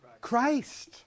Christ